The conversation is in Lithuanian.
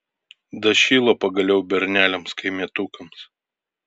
dašilo pagaliau berneliams kaimietukams